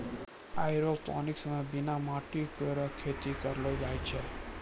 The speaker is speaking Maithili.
एयरोपोनिक्स म बिना माटी केरो खेती करलो जाय छै